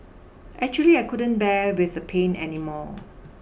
actually I couldn't bear with the pain anymore